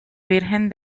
virgen